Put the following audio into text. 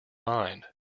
mind